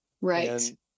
Right